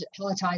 pelletize